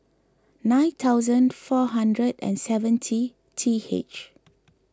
nine thousand four hundred and seventy T H